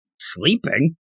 sleeping